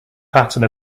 pattern